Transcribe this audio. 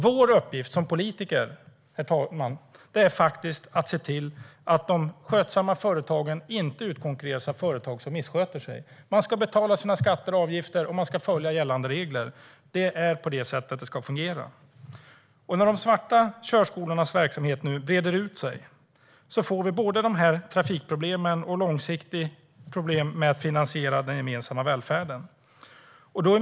Vår uppgift som politiker, herr talman, är faktiskt att se till att de skötsamma företagen inte utkonkurreras av företag som missköter sig. Man ska betala sina skatter och avgifter, och man ska följa gällande regler. Det är på det sättet det ska fungera. När de svarta körskolornas verksamhet nu breder ut sig får vi både trafikproblem och långsiktiga problem med att finansiera den gemensamma välfärden.